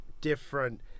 different